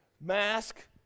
mask